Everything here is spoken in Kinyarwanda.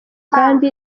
kandi